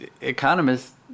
economists